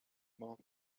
mob